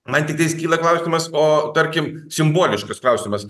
man tiktais kyla klausimas o tarkim simboliškas klausimas